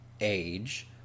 age